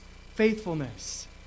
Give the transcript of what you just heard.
faithfulness